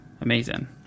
amazing